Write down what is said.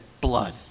blood